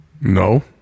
No